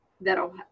that'll